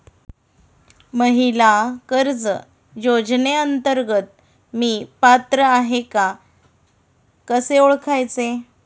महिला कर्ज योजनेअंतर्गत मी पात्र आहे का कसे ओळखायचे?